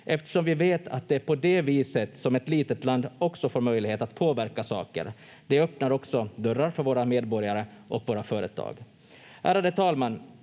eftersom vi vet att det är på det viset som ett litet land också får möjlighet att påverka saker. Det öppnar också dörrar för våra medborgare och våra företag. Ärade talman!